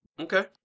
Okay